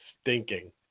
stinking